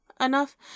enough